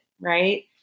right